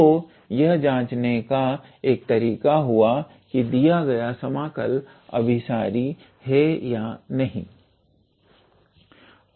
तो यह जांचने का एक तरीका हुआ की दिया गया समाकल अभिसारी है या नहीं